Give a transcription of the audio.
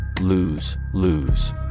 lose-lose